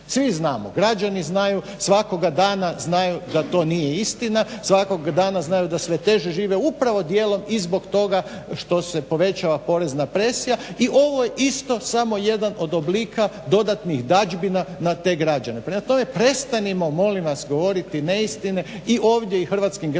Svi znamo, građani znaju, svakoga dana znaju da to nije istina, svakoga dana znaju da sve teže žive upravo dijelom i zbog toga što se povećala porezna presija i ovo je isto samo jedan od oblika dodatnih dadžbina na te građane. Prema tome prestanimo molim vas govoriti neistine i ovdje i hrvatskim građanima